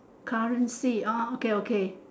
currency orh okay okay